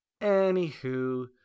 Anywho